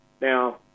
Now